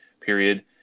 period